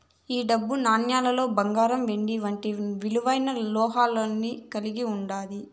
ఈ డబ్బు నాణేలులో బంగారం వెండి వంటి విలువైన లోహాన్ని కలిగి ఉంటాది